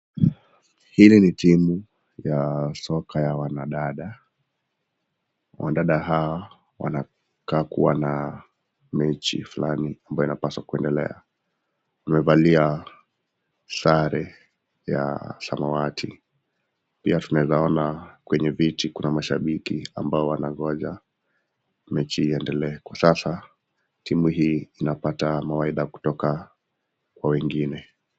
Hili ni timu ya soka ya wanadada. Wanadada hawa wanakaa kuwa na mechi fulani ambayo inapaswa kuendelea. Wamevalia sare ya samawati. Pia tunaweza ona kwenye viti kuna mashabiki ambao wanangoja mechi iendelee. Kwa sasa timu hii inapata mawaidha kutoka kwa wengine.